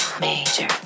major